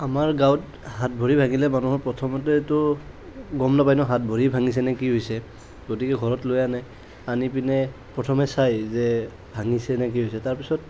আমাৰ গাঁৱত হাত ভৰি ভাগিলে মানুহৰ প্ৰথমতেতো গম নাপায় ন হাত ভৰি ভাঙিছে নে কি হৈছে গতিকে ঘৰত লৈ আনে আনি পিনে প্ৰথমে চায় যে ভাঙিছে নে কি হৈছে তাৰপিছত